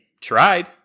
tried